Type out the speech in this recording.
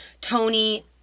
Tony